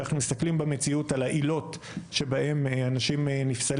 כשאנחנו מסתכלים במציאות על העילות שבהם נפסלים,